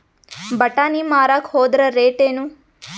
ಬಟಾನಿ ಮಾರಾಕ್ ಹೋದರ ರೇಟೇನು?